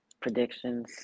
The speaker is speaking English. predictions